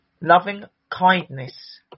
Loving-kindness